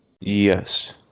Yes